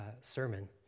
sermon